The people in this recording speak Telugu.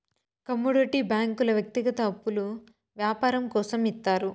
కమోడిటీ బ్యాంకుల వ్యక్తిగత అప్పులు యాపారం కోసం ఇత్తారు